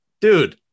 dude